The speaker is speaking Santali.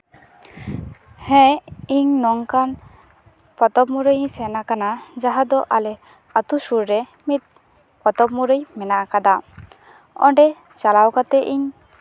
ᱦᱮᱸ ᱤᱧ ᱱᱚᱝᱠᱟᱱ ᱯᱚᱛᱚᱵ ᱢᱩᱨᱟᱹᱭ ᱤᱧ ᱥᱮᱱ ᱠᱟᱱᱟ ᱡᱟᱦᱟᱸ ᱫᱚ ᱟᱞᱮ ᱟᱛᱳ ᱥᱩᱨ ᱨᱮ ᱢᱤᱫ ᱯᱚᱛᱚᱵ ᱢᱩᱨᱟᱹᱭ ᱚᱸᱰᱮ ᱪᱟᱞᱟᱣ ᱠᱟᱛᱮ ᱤᱧ